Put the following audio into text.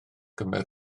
cymer